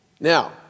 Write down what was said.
Now